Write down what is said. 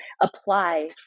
apply